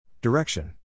Direction